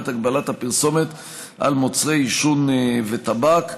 הגבלת הפרסומת על מוצרי עישון וטבק.